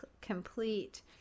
complete